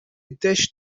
deis